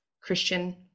christian